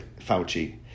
Fauci